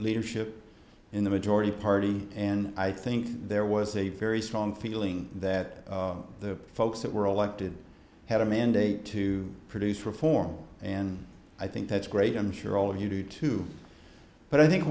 leadership in the majority party and i think there was a very strong feeling that the folks that were elected had a mandate to produce reform and i think that's great i'm sure all of you do too but i think